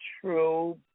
true